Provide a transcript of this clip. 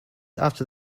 after